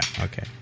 Okay